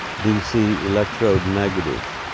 dc electrode negative.